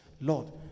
Lord